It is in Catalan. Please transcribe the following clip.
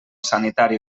sanitari